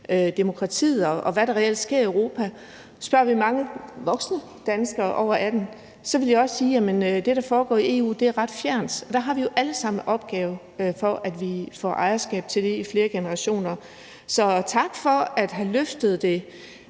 demokratiet, og hvad der reelt sker i Europa. Spørger vi voksne danskere over 18 år, vil mange af dem også sige, at det, der foregår i EU, er ret fjernt. Der har vi alle sammen en opgave med at få ejerskab til det i flere generationer. Så tak for at have løftet det.